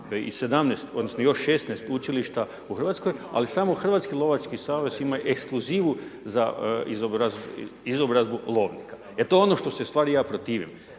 i 17 odnosno još 16 učilišta u RH. Ali samo Hrvatski lovački savez ima ekskluzivu za izobrazbu lovnika. Jer to je ono što se ja u stvari protivim.